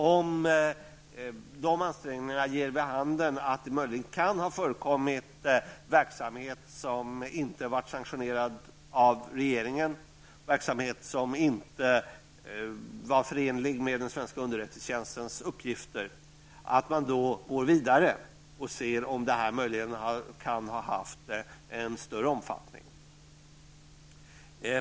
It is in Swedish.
Om de ansträngningarna ger vid handen att det möjligen kan ha förekommit verksamhet som inte har varit sanktionerad av regeringen, verksamhet som inte var förenlig med den svenska underättelsetjänstens uppgifter, är det viktigt att man går vidare för att se om verksamheten möjligen kan ha haft en större omfattning.